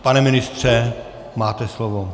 Pane ministře, máte slovo.